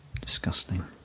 Disgusting